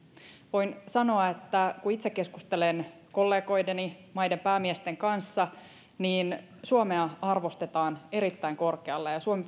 voin sanoa että kun itse keskustelen kollegoideni maiden päämiesten kanssa niin suomea arvostetaan erittäin korkealle ja suomen